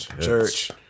Church